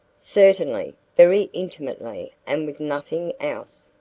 certainly, very intimately, and with nothing else.